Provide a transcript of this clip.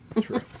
True